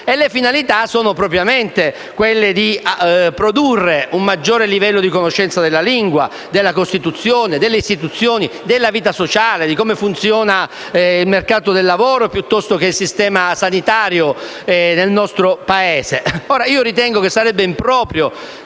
delle finalità, che sono propriamente quelle di produrre un maggiore livello di conoscenza della lingua, della Costituzione, delle istituzioni, della vita sociale, di come funziona il mercato del lavoro piuttosto che il sistema sanitario nel nostro Paese. Ritengo pertanto che sarebbe improprio